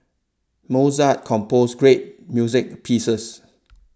Mozart composed great music pieces